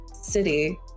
city